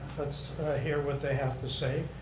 let's hear what they have to say,